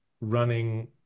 running